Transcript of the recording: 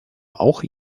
auch